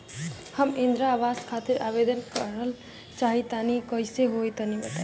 हम इंद्रा आवास खातिर आवेदन करल चाह तनि कइसे होई तनि बताई?